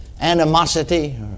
animosity